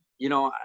you know,